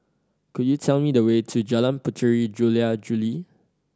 could you tell me the way to Jalan Puteri Jula Juli